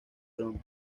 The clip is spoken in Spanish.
trono